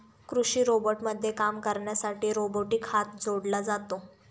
कृषी रोबोटमध्ये काम करण्यासाठी रोबोटिक हात जोडला जातो